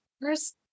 first